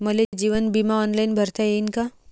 मले जीवन बिमा ऑनलाईन भरता येईन का?